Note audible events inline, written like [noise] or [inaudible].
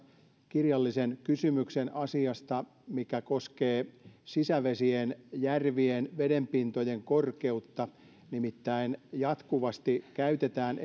kirjallisen kysymyksen asiasta mikä koskee sisävesien järvien vedenpintojen korkeutta nimittäin jatkuvasti käytetään [unintelligible]